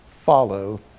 follow